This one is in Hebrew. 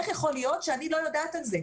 איך יכול להיות שאני לא יודעת על זה?